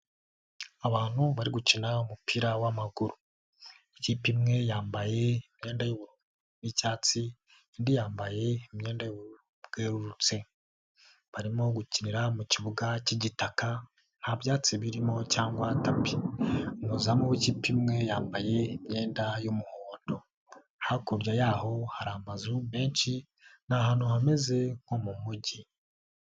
Abantu bari gukina umupira w'amaguru, ikipe imwe yambaye imyenda y'ubururu n'icyatsi indi yambaye imyenda y'ubururu bwerurutse, barimo gukinira mu kibuga k'igitaka nta byatsi birimo cyangwa tapi, umuzamu w'ikipe imwe yambaye imyenda y'umuhondo, hakurya y'aho hari amazu menshi ni ahantu hameze nko mu mujyi.